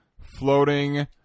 floating